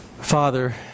Father